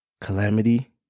Calamity